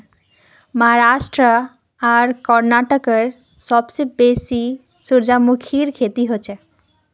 महाराष्ट्र आर कर्नाटकत सबसे बेसी सूरजमुखीर खेती हछेक